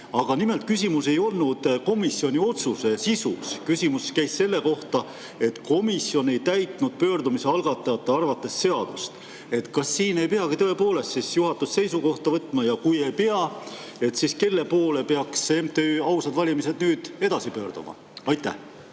Nimelt, küsimus ei olnud komisjoni otsuse sisus, küsimus käis selle kohta, et komisjon ei täitnud pöördumise algatajate arvates seadust. Kas siin ei peagi tõepoolest siis juhatus seisukohta võtma ja kui ei pea, siis kelle poole peaks MTÜ Ausad Valimised nüüd edasi pöörduma? Suur